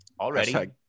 already